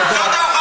בשב"כ,